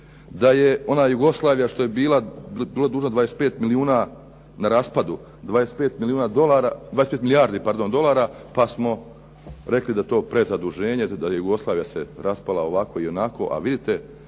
da je ona Jugoslavija što je bila, bila dužna 25 milijuna na raspadu, 25 milijardi dolara pa smo rekli da je to prezaduženje, da Jugoslavija se raspala ovako i onako.